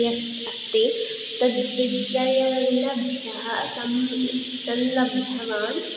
यः अस्ति तद्विषय संलग्नवान्